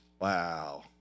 wow